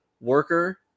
worker